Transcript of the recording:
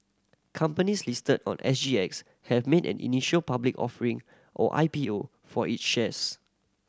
companies listed on S G X have made an initial public offering or I P O for each shares